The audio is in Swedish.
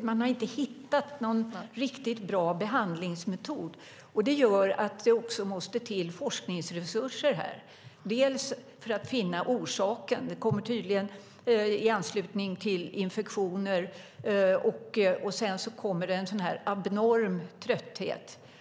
Man har inte hittat någon riktigt bra behandlingsmetod. Det gör att det också måste till forskningsresurser här för att finna orsaken. Sjukdomen kommer tydligen i anslutning till infektioner som följs av en sådan här abnorm trötthet.